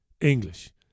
English